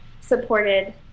supported